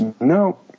No